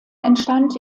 entstand